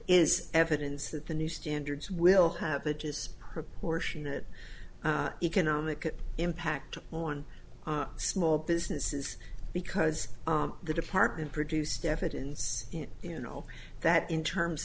is evidence that the new standards will have that is proportionate economic impact on small businesses because the department produced evidence you know that in terms